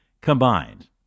combined